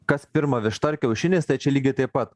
kas pirma višta ar kiaušinis tai čia lygiai taip pat